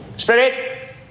Spirit